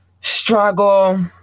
struggle